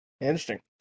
Interesting